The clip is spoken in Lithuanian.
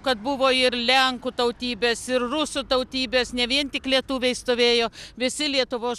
kad buvo ir lenkų tautybės ir rusų tautybės ne vien tik lietuviai stovėjo visi lietuvos